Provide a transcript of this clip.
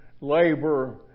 labor